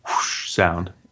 sound